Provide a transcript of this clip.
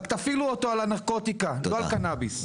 אבל תפעילו אותו על הנרקוטיקה; לא על קנביס.